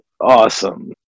awesome